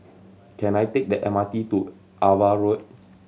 can I take the M R T to Ava Road